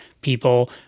people